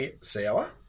sour